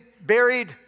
buried